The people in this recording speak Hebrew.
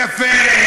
יפה.